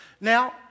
Now